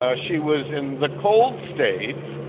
ah she was in the cold state,